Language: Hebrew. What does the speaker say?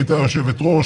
היא הייתה היושבת ראש,